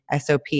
SOP